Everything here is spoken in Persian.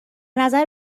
نظر